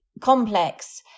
complex